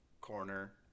corner